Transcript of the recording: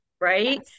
right